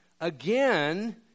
again